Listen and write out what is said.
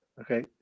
Okay